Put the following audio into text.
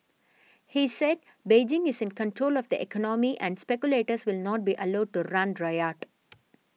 he said Beijing is in control of the economy and speculators will not be allowed to run riot